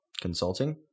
consulting